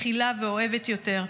מכילה ואוהבת יותר.